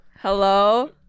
Hello